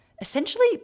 essentially